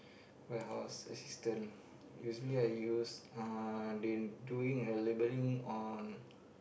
warehouse assistant usually I use uh they doing a labelling on